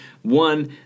One